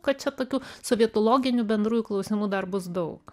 kad čia tokių sovietologinių bendrųjų klausimų dar bus daug